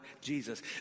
Jesus